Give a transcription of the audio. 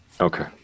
Okay